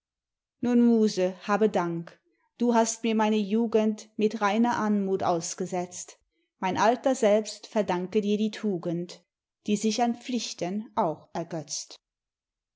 habe dank du hast mir meine jugend mit reiner anmut ausgesetzt mein alter selbst verdanke dir die tugend die sich an pflichten auch ergötzt